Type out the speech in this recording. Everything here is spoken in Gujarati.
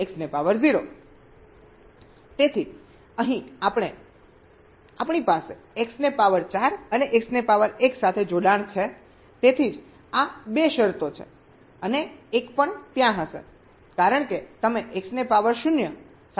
તેથી અહીં આપણી પાસે x ને પાવર 4 અને x ને પાવર 1 સાથે જોડાણ છે તેથી જ આ 2 શરતો છે અને 1 પણ ત્યાં હશે કારણ કે તમે x ને પાવર 0 સાથે જોડી રહ્યા છો